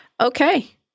Okay